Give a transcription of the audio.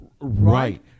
Right